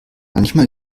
manchmal